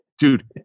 Dude